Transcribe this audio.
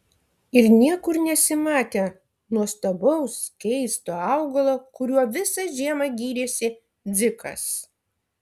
ir niekur nesimatė nuostabaus keisto augalo kuriuo visą žiemą gyrėsi dzikas